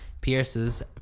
Pierce's